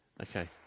Okay